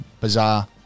bizarre